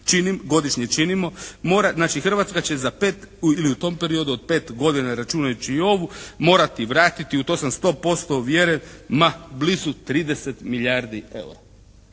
i to godišnje i činimo, mora, znači Hrvatska će za pet ili u tom periodu od pet godina računajući i ovu morati vratiti, u to sam 100% uvjeren ma, blizu 30 milijardi eura.